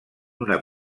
una